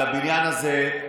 לבניין הזה,